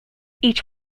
each